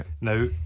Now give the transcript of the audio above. Now